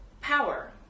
power